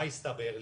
מה הסתבר לי?